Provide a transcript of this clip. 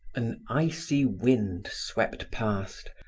an icy wind swept past,